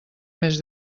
més